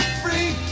free